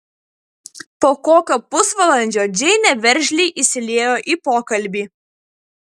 po kokio pusvalandžio džeinė veržliai įsiliejo į pokalbį